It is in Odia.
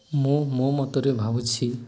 ମୁଁ ମୋ ମତରେ ଭାବୁଛି